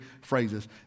phrases